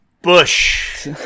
Bush